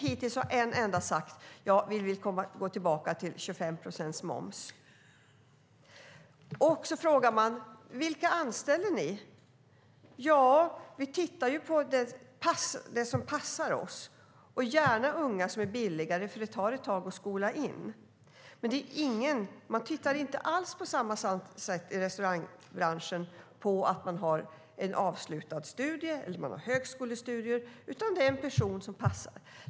Hittills är det inte en enda som har sagt: Vi vill gå tillbaka till 25 procents moms. När man frågar vilka de anställer svarar de: Vi tittar på det som passar oss, gärna unga som är billiga, för det tar ett tag att skola in. I restaurangbranschen tittar man inte alls på samma sätt på att personen har avslutade studier eller högskolestudier, utan man tittar på att det är en person som passar.